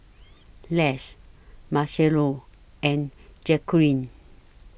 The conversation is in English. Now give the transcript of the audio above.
Les Marcello and Jacquelin